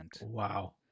Wow